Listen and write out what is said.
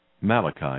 Malachi